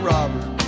Robert